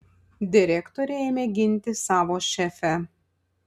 direktorė ėmė ginti savo šefę